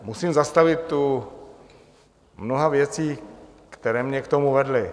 Musím se zastavit u mnoha věcí, které mě k tomu vedly.